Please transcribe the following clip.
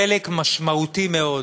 חלק משמעותי מאוד